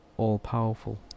All-powerful